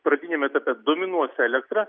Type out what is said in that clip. pradiniam etape dominuos elektra